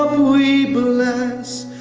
we bless,